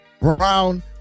Brown